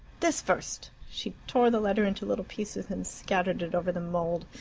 this first! she tore the letter into little pieces and scattered it over the mould.